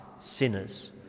sinners